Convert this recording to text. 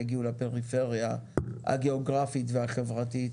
יגיעו לפריפריה הגיאוגרפית והחברתית,